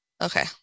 Okay